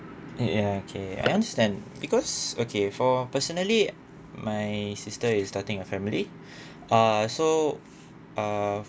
ya okay I understand because okay for personally my sister is starting a family uh so uh